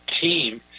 team